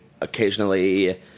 occasionally